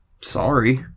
Sorry